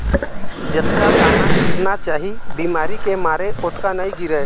जतका दाना गिरना चाही बिमारी के मारे ओतका नइ गिरय